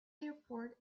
airport